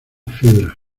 fibras